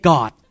God